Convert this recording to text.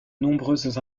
nombreuses